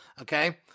Okay